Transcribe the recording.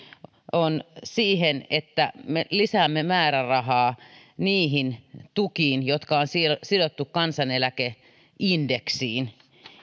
on se että me lisäämme määrärahaa niihin tukiin jotka on sidottu kansaneläkeindeksiin